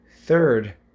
third